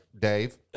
Dave